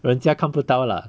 人家看不到 lah